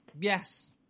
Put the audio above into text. yes